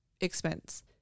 expense